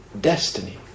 destiny